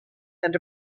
and